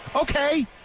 Okay